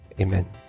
Amen